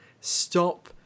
stop